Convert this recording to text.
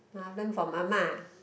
I learn from Ah-Ma